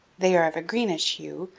they are of a greenish hue,